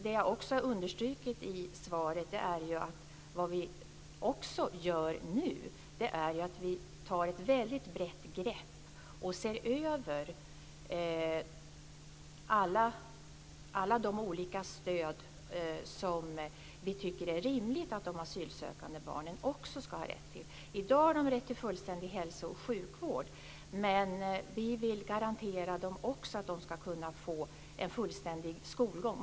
Det jag också understryker i svaret är att vi nu också tar ett väldigt brett grepp och ser över alla de olika stöd som vi tycker att det är rimligt att de asylsökande barnen ska ha rätt till. I dag har de rätt till fullständig hälso och sjukvård, men vi vill också garantera dem en fullständig skolgång.